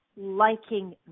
liking